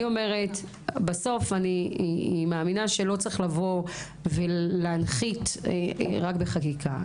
בסוף אני מאמינה שלא צריך ולהנחית רק בחקיקה.